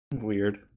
Weird